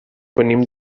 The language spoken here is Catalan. venim